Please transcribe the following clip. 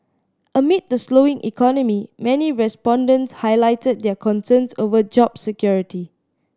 amid the slowing economy many respondents highlighted their concerns over job security